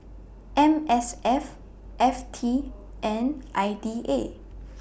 M S F F T and I D A